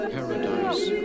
Paradise